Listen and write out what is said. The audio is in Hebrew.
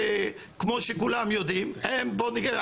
כמו שכולם יודעים הן בואו נגיד,